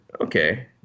okay